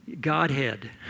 Godhead